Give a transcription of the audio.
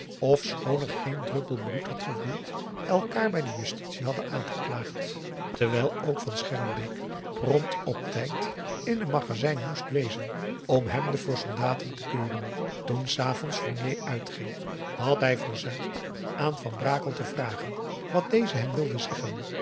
ofschoon er geen druppel bloed had gevloeid elkaar bij de justitie hadden aangeklaagd terwijl ook van schermbeek prompt op tijd in een magazijn moest wezen om hemden voor soldaten te keuren toen s avonds fournier uitging had hij verzuimd aan van brakel te vragen wat deze hem wilde zeggen